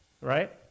right